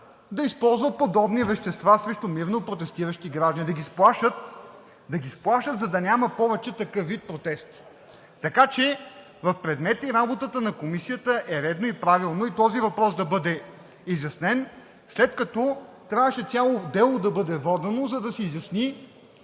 да използват подобни вещества срещу мирно протестиращи граждани, да ги сплашат, за да няма повече такъв вид протести? Така че в предмета и работата на комисията е редно и правилно и този въпрос да бъде изяснен, след като трябваше цяло дело да бъде водено, за да се изясни